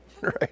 right